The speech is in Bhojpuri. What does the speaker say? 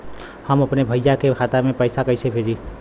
हम अपने भईया के खाता में पैसा कईसे भेजी?